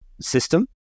system